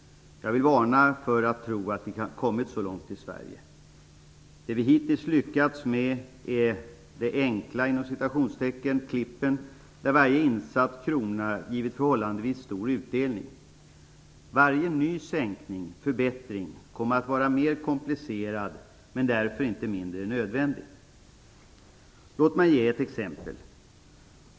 Jag vill varna för att tro på att vi har kommit så långt i Sverige. Det vi hittills lyckats med är de "enkla" klippen där varje insatt krona givit förhållandevis stor utdelning. Varje ny förbättring kommer att vara mer komplicerad men därför inte mindre nödvändig. Låt mig ge ett exempel.